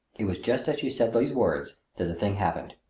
it was just as she said these words that the thing happened.